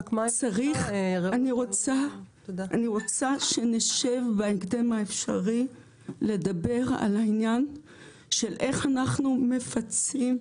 אני רוצה שנשב בהקדם האפשרי לדבר על העניין של איך אנחנו מפצים,